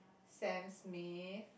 Sam-Smith